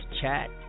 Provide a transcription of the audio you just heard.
chat